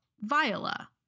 Viola